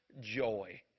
joy